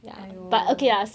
!aiyo!